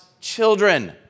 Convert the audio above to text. children